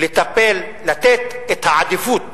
לתת את העדיפות